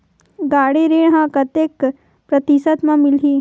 गाड़ी ऋण ह कतेक प्रतिशत म मिलही?